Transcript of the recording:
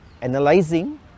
analyzing